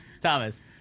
Thomas